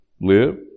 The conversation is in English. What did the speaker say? live